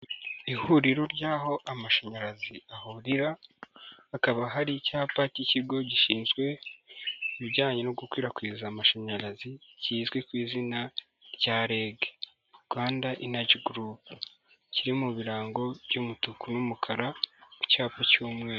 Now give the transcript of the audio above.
Ihuriro ry'aho amashanyarazi ahurira hakaba hari icyapa k'ikigo gishinzwe ibijyanye no gukwirakwiza amashanyarazi kizwi ku izina rya REG (Rwanda Energy Group) kiri mu birango by'umutuku n'umukara ku cyapa cy'umweru.